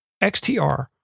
XTR